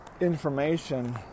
information